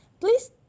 Please